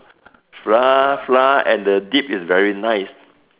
flour flour and the dip is very nice